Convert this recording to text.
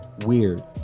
weird